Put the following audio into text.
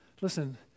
Listen